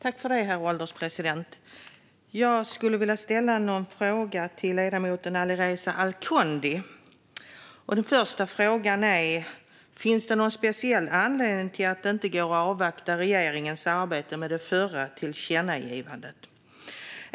Herr ålderspresident! Jag skulle vilja ställa några frågor till ledamoten Alireza Akhondi. Den första frågan är: Finns det någon speciell anledning till att det inte går att invänta regeringens arbete med det förra tillkännagivandet?